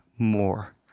more